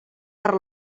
per